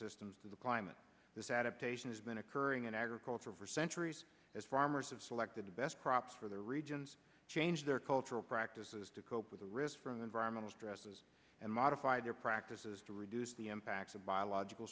systems to the climate this adaptation has been occurring in agriculture over centuries as farmers have selected the best crops for their regions change their cultural practices to cope with the risk from environmental stresses and modify their practices to reduce the impacts of biological